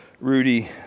Rudy